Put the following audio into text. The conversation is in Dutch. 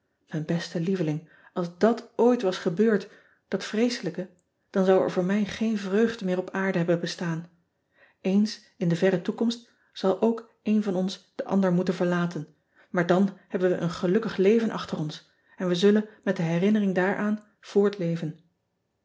ijn beste lieveling als dat ooit was gebeurd dat vreeselijke dan zou er voor mij geen vreugde meer op aarde hebben bestaan ens in de verre toekomst zal ook een van ons den ander moeten verlaten maar dan hebben we een gelukkkg leven achter ons en we zullen met de herinnering daaraan voortleven